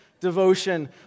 devotion